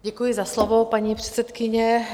Děkuji za slovo, paní předsedkyně.